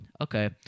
Okay